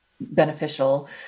beneficial